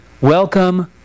welcome